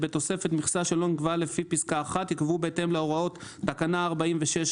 בתוספת מכסה שלא נקבעה לפי פסקה (1) יקבעו בהתאם להוראות תקנה 46(ג)(3).